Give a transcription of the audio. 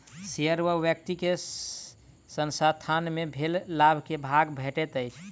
share सॅ व्यक्ति के संसथान मे भेल लाभ के भाग भेटैत अछि